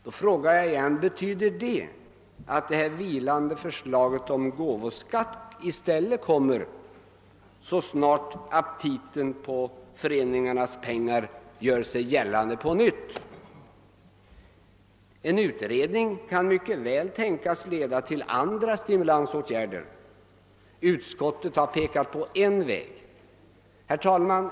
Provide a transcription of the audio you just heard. Då frågar jag: Betyder det att det vilande förslaget om gåvoskatt i stället kommer, så snart aptiten på föreningarnas pengar gör sig gällande på nytt? En utredning kan mycket väl tänkas leda till andra stimulansåtgärder. Utskottet har pekat på en väg. Herr talman!